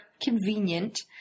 convenient